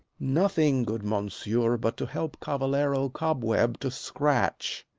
nothing, good mounsieur, but to help cavalery cobweb to scratch.